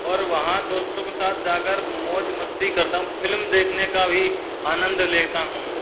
और वहाँ दोस्तों के साथ जाकर मौज मस्ती करता हूँ फिलिम देखने का भी आनंद लेता हूँ